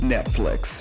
Netflix